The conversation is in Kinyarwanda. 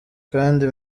kandi